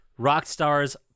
Rockstar's